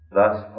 Thus